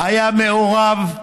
היה מעורב,